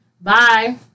Bye